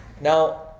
Now